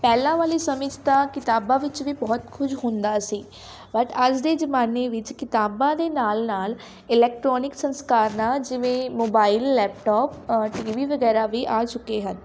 ਪਹਿਲਾਂ ਵਾਲੇ ਸਮੇਂ 'ਚ ਤਾਂ ਕਿਤਾਬਾਂ ਵਿੱਚ ਵੀ ਬਹੁਤ ਕੁਝ ਹੁੰਦਾ ਸੀ ਬਟ ਅੱਜ ਦੇ ਜ਼ਮਾਨੇ ਵਿੱਚ ਕਿਤਾਬਾਂ ਦੇ ਨਾਲ ਨਾਲ ਇਲੈਕਟ੍ਰੋਨਿਕ ਸੰਸਕਾਰਨਾਂ ਜਿਵੇਂ mobile laptop uh TV ਵਗੈਰਾ ਵੀ ਆ ਚੁੱਕੇ ਹਨ